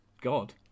God